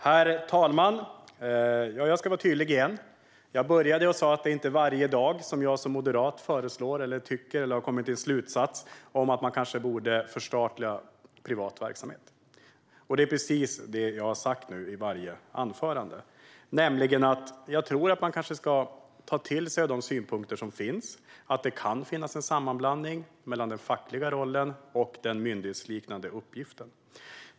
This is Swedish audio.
Herr talman! Låt mig vara tydlig igen. Jag började med att säga att det inte är varje dag som jag som moderat kommer till slutsatsen att man borde förstatliga privat verksamhet. I varje anförande har jag sagt att man ska till sig av de synpunkter som finns och att det kan finnas en sammanblandning mellan den fackliga rollen och den myndighetsliknande uppgiften.